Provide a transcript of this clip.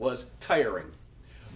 was tiring